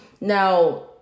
Now